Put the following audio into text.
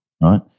right